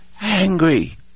angry